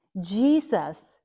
Jesus